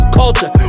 culture